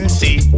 see